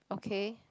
okay